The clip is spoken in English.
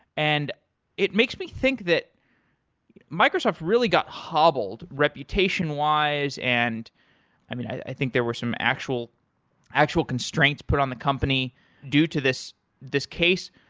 and it makes me think that microsoft really got hobbled reputation wise, and i think there were some actual actual constraints put on the company due to this this case.